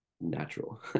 natural